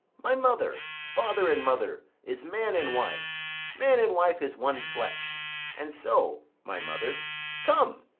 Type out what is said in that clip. my mother father and mother is man and wife man and wife is one flesh and so, my mother come,